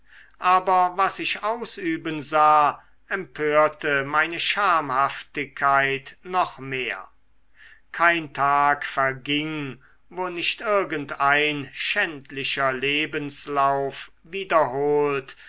aber was ich ausüben sah empörte meine schamhaftigkeit noch mehr kein tag verging wo nicht irgendein schändlicher lebenslauf wiederholt